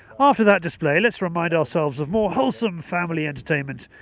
after that display let's remind ourselves of more wholesome family entertainment.